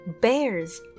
Bears